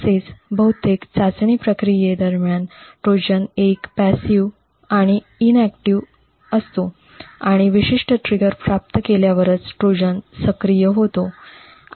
तसेच बहुतेक चाचणी प्रक्रिये दरम्यान ट्रोजन एक निष्क्रिय आणि इनएक्टिव असतो आणि विशिष्ट ट्रिगर प्राप्त केल्यावरच ट्रोजन सक्रिय होते